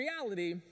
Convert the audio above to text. reality